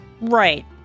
Right